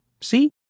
See